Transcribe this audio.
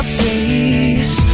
face